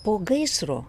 po gaisro